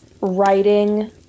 writing